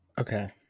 Okay